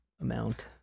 amount